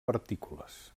partícules